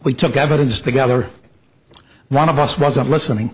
we took evidence together one of us wasn't listening